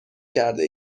کرده